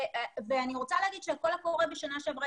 ואני רוצה להגיד שהקול קורא בשנה שעברה